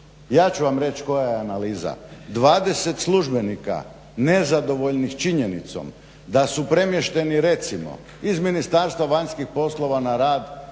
Ja ću vam reći koja je analiza, 20 službenika nezadovoljnih činjenicom da su premješteni recimo iz Ministarstva vanjskih poslova na rad